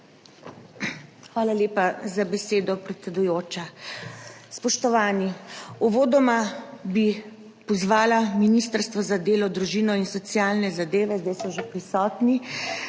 Hvala lepa za besedo, predsedujoča. Spoštovani! Uvodoma bi pozvala Ministrstvo za delo, družino in socialne zadeve, zdaj so že prisotni,